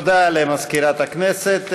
תודה למזכירת הכנסת.